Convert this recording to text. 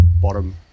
bottom